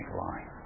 line